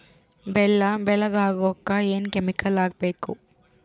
ಬೆಲ್ಲ ಬೆಳಗ ಆಗೋಕ ಏನ್ ಕೆಮಿಕಲ್ ಹಾಕ್ಬೇಕು?